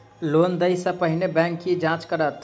Loan देय सा पहिने बैंक की जाँच करत?